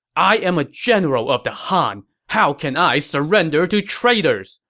i am a general of the han! how can i surrender to traitors!